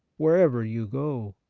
wherever you go